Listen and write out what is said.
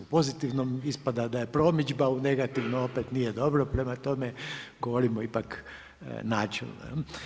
Pozitivnom ispada da je promidžba, u negativnom opet nije dobro, prema tome govorimo ipak načelno.